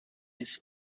his